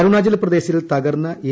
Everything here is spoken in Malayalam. അരുണാചൽ പ്രദേശിൽ തകർന്ന എ